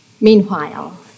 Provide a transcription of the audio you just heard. Meanwhile